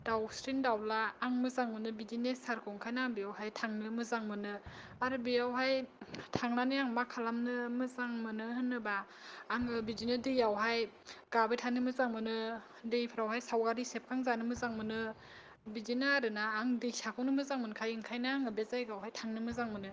दावस्रि दावला आं मोजां मोनो बिदि नेचारखौ ओंखायनो आं बेवहाय थांनो मोजां मोनो आरो बेवहाय थांनानै आं मा खालामनो मोजां मोनो होनोब्ला आङो बिदिनो दैयावहाय गाबाय थानो मोजां मोनो दैफ्रावहाय सावगारि सेबखांजानो मोजां मोनो बिदिनो आरोना आं दैसाखौनो मोजां मोनखायो ओंखायनो आङो बे जायगायावहाय थांनो मोजां मोनो